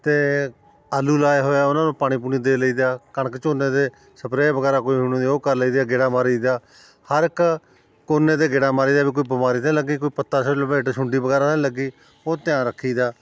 ਅਤੇ ਆਲੂ ਲਾਇਆ ਹੋਇਆ ਉਹਨਾਂ ਨੂੰ ਪਾਣੀ ਪੂਣੀ ਦੇ ਲਈਦਾ ਕਣਕ ਝੋਨੇ 'ਤੇ ਸਪਰੇਅ ਵਗੈਰਾ ਕੋਈ ਹੋਣੀ ਹੁੰਦੀ ਉਹ ਕਰ ਲਈਦੀ ਆ ਗੇੜਾ ਮਾਰ ਆਈਦਾ ਹਰ ਇੱਕ ਕੋਨੇ 'ਤੇ ਗੇੜਾ ਮਾਰੀਦਾ ਵੀ ਕੋਈ ਬਿਮਾਰੀ ਤਾਂ ਨਹੀਂ ਲੱਗੀ ਕੋਈ ਪੱਤਾ ਸ ਲਪੇਟ ਸੁੰਡੀ ਵਗੈਰਾ ਤਾਂ ਨਹੀਂ ਲੱਗੀ ਉਹ ਧਿਆਨ ਰੱਖੀਦਾ